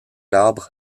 arbre